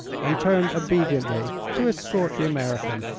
and turned obediently to escort the american.